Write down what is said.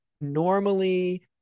normally